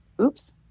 Oops